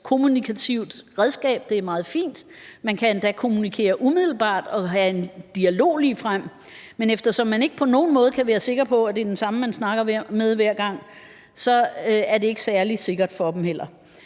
kommunikativt redskab, det er meget fint. Man kan endda kommunikere umiddelbart og have en dialog ligefrem. Men eftersom man ikke på nogen måde kan være sikker på, at det er den samme, man snakker med hver gang, er det heller ikke særlig sikkert for dem. Så er